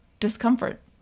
Discomfort